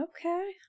Okay